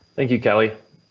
thank you, kelly.